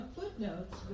footnotes